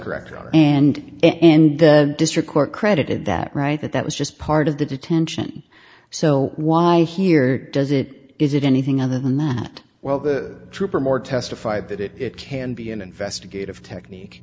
correct and and the district court credited that right that that was just part of the detention so why hear it does it is it anything other than well the trooper more testified that it can be an investigative technique